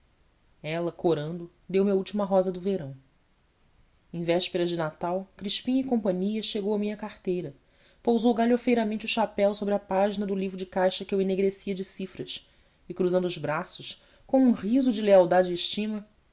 ela corando deu-me a última rosa do verão em véspera de natal crispim cia chegou à minha carteira pousou galhofeiramente o chapéu sobre a página do livro de caixa que eu enegrecia de cifras e cruzando os braços com um riso de lealdade e estima